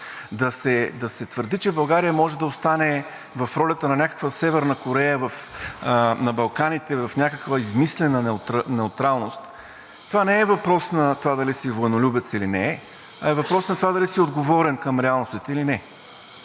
да се твърди, че България може да остане в ролята на някаква Северна Корея на Балканите, в някаква измислена неутралност, не е въпрос на това дали си войнолюбец или не, а е въпрос на това дали си отговорен към реалностите или не.